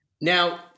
Now